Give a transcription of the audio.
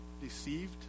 deceived